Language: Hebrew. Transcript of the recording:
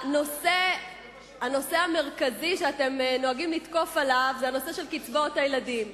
הנושא המרכזי שאתם נוהגים לתקוף עליו זה הנושא של קצבאות הילדים.